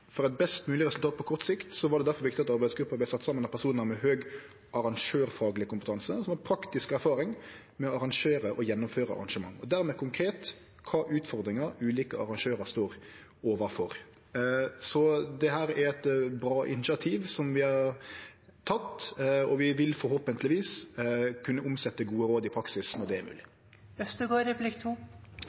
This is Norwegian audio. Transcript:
For eit best mogleg resultat på kort sikt var det difor viktig at arbeidsgruppa vart sett saman av personar med høg arrangørfagleg kompetanse som har praktisk erfaring med å arrangere og gjennomføre arrangement, og dermed konkret kva utfordringar ulike arrangørar står overfor. Dette er eit bra initiativ vi har teke, og vi vil forhåpentlegvis kunne omsetje gode råd i praksis når det er